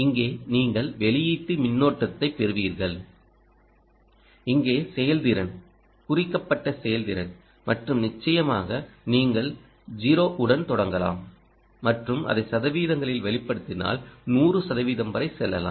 இங்கே நீங்கள் வெளியீட்டு மின்னோட்டத்தை பெறுவீர்கள் இங்கே செயல்திறன் குறிக்கப்பட்ட செயல்திறன் மற்றும் நிச்சயமாக நீங்கள் 0 உடன் தொடங்கலாம் மற்றும் அதை சதவீதங்களில் வெளிப்படுத்தினால் 100 சதவீதம் வரை செல்லலாம்